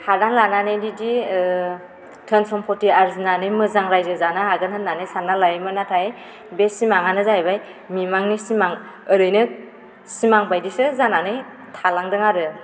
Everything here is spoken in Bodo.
हादान लानानै बिदि धोन सम्फथि आरजिनानै मोजां राज्यो जानो हागोन होन्नानै सानना लायोमोन नाथाइ बे सिमाङानो जाहैबाय मिमांनि सिमां ओरैनो सिमां बायदिसो जानानै थालांदों आरो